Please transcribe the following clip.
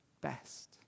best